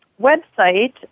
website